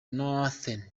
northern